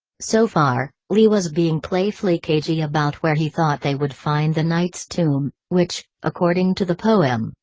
so far, leigh was being playfully cagey about where he thought they would find the knight's tomb, which, according to the poem,